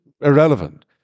irrelevant